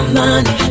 money